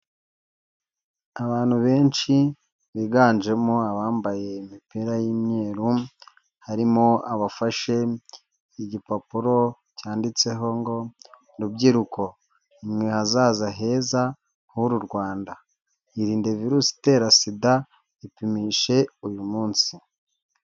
Abantu benshi biganjemo abambaye imipira y'imyeru, harimo abafashe igipapuro cyanditseho ngo rubyiruko nimwe hazaza heza h'uru Rwanda, irinde virusi itera sida ipimishe uyu munsi.